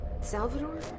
Salvador